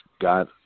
Got